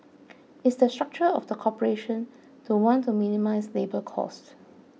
it's the structure of the corporation to want to minimise labour costs